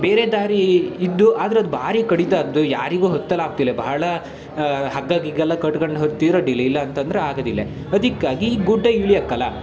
ಬೇರೆ ದಾರಿ ಇದೆ ಆದ್ರೆ ಅದು ಭಾರೀ ಕಡಿತಾದ್ದು ಯಾರಿಗೂ ಹತ್ತಲಾಗ್ತಿಲ್ಲೆ ಬಹಳ ಹಗ್ಗ ಗಿಗ್ಗೆಲ್ಲ ಕಟ್ಕಂಡು ಹತ್ತಿರೆ ಅಡ್ಡಿಲ್ಲ ಇಲ್ಲ ಅಂತಂದ್ರೆ ಆಗದಿಲ್ಲ ಅದಕ್ಕಾಗಿ ಈಗ ಗುಡ್ಡ ಇಳ್ಯಕ್ಕಲ